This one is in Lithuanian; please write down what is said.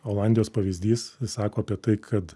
olandijos pavyzdys sako apie tai kad